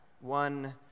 one